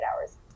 hours